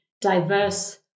diverse